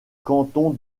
canton